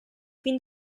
fin